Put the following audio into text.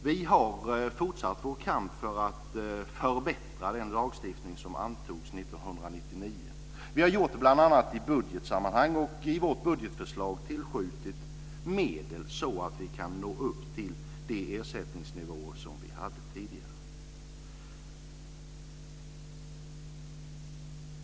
Vi har fortsatt vår kamp för att förbättra den lagstiftning som antogs 1999. Vi har gjort det bl.a. i budgetsammanhang och i vårt förslag tillskjutit medel så att vi ska kunna uppnå de ersättningsnivåer som vi hade tidigare.